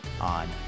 on